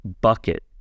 bucket